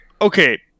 Okay